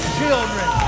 children